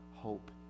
Hope